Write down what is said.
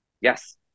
Yes